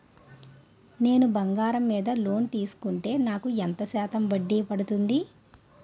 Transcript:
నేను బంగారం మీద లోన్ తీసుకుంటే నాకు ఎంత శాతం వడ్డీ పడుతుంది?